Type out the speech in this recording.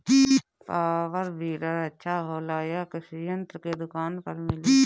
Power weeder अच्छा होला यह कृषि यंत्र के दुकान पर मिली?